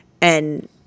and-